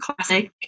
classic